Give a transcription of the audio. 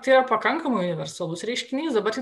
tai yra pakankamai universalus reiškinys dabar